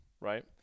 Right